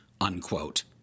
unquote